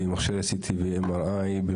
למכשירי CT ו-MRI.